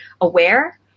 aware